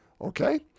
Okay